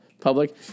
public